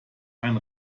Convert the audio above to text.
ein